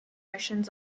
notions